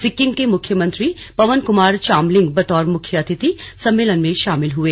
सिक्किम के मुख्यमंत्री पवन कुमार चामलिंग बतौर मुख्य अतिथि सम्मेलन में शामिल हुए